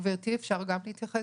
גברתי, אפשר גם להתייחס?